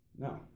No